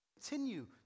continue